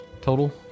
Total